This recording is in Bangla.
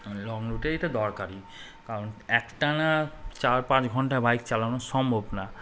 লং তো দরকারই কারণ একটা না চার পাঁচ ঘন্টা বাইক চালানো সম্ভব না